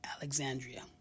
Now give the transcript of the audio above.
Alexandria